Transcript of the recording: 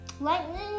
lightning